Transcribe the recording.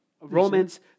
Romans